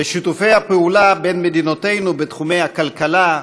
ושיתופי הפעולה בין מדינותינו בתחומי הכלכלה,